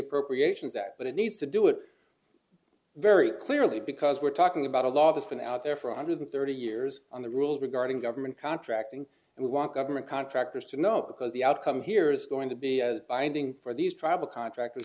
appropriations act but it needs to do it very clearly because we're talking about a lot has been out there for one hundred thirty years on the rules regarding government contracting and we want government contractors to know because the outcome here is going to be as binding for these tribal contract